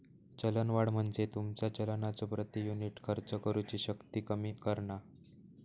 चलनवाढ म्हणजे तुमचा चलनाचो प्रति युनिट खर्च करुची शक्ती कमी करणा